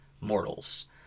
mortals